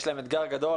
יש להם אתגר גדול,